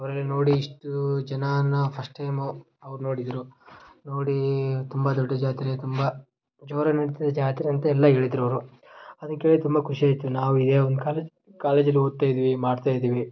ಅವರೆಲ್ಲ ನೋಡಿ ಇಷ್ಟು ಜನಾನ ಫಸ್ಟ್ ಟೈಮು ಅವ್ರು ನೋಡಿದರು ನೋಡಿ ತುಂಬ ದೊಡ್ಡ ಜಾತ್ರೆ ತುಂಬ ಜೋರಾಗಿ ನಡೀತದೆ ಜಾತ್ರೆ ಅಂತೆಲ್ಲ ಹೇಳಿದ್ರು ಅವರು ಅದನ್ನು ಕೇಳಿ ತುಂಬ ಖುಷಿ ಆಯಿತು ನಾವು ಇದೇ ಒಂದು ಕಾಲೇಜ್ ಕಾಲೇಜಲ್ಲಿ ಓದ್ತಾ ಇದೀವಿ ಮಾಡ್ತಾ ಇದೀವಿ